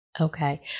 Okay